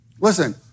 Listen